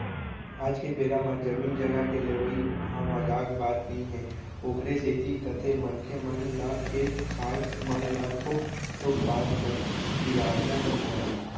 आज के बेरा म जमीन जघा के लेवई ह मजाक बात नई हे ओखरे सेती कथें मनखे मन ल खेत खार मन ल थोक थोक बात बर बिगाड़ना नइ चाही